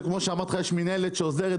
וכמו שאמרתי לך: יש מנהלת שעוזרת,